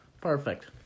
Perfect